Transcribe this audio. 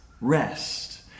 rest